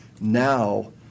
now